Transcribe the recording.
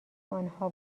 آنها